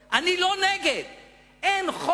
שלא יגידו שהם נגד האוניברסיטאות.